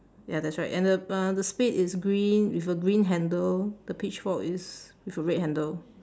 ya that's right and the uh the spade is green with a green handle the pitchfork is with a red handle